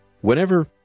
whenever